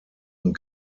und